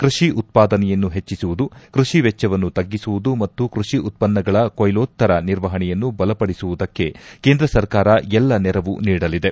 ಕೃಷಿ ಉತ್ಪಾದನೆಯನ್ನು ಪೆಜ್ಜಿಸುವುದು ಕೃಷಿ ವೆಚ್ಚವನ್ನು ತಗ್ಗಿಸುವುದು ಮತ್ತು ಕೃಷಿ ಉತ್ಪನ್ನಗಳ ಕೊಯ್ಲೋತ್ತರ ನಿರ್ವಹಣೆಯನ್ನು ಬಲಪಡಿಸುವುದಕ್ಕೆ ಕೇಂದ್ರ ಸರ್ಕಾರ ಎಲ್ಲ ನೆರವು ನೀಡಲಿದೆ